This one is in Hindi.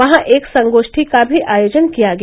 वहां एक संगोष्ठी का भी आयोजन किया गया